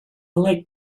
like